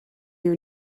your